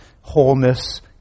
Wholeness